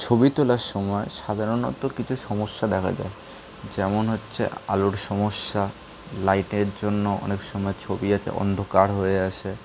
ছবি তোলার সময় সাধারণত কিছু সমস্যা দেখা যায় যেমন হচ্ছে আলোর সমস্যা লাইটের জন্য অনেক সময় ছবি আছে অন্ধকার হয়ে আসে